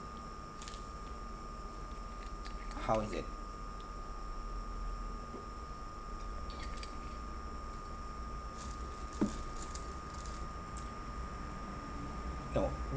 how is it no